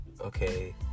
okay